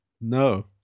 No